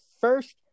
first